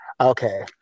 Okay